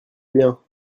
bien